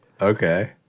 Okay